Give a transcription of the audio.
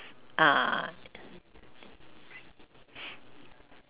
uh